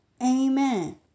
Amen